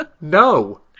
No